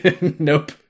Nope